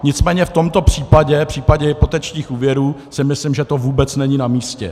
Nicméně v tomto případě, v případě hypotečních úvěrů, si myslím, že to vůbec není namístě.